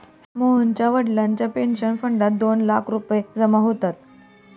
मोहनच्या वडिलांच्या पेन्शन फंडात दोन लाख रुपये जमा होतात